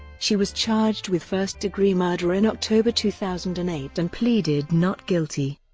she was charged with first-degree murder in october two thousand and eight and pleaded not guilty.